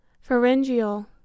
pharyngeal